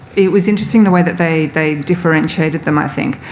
it was interesting the way that they they differentiated them, i think.